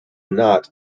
not